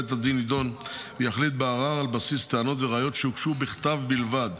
בית הדין ידון ויחליט בערר על בסיס טענות וראיות שהוגשו בכתב בלבד,